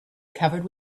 covered